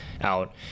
out